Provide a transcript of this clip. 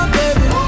baby